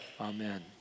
Amen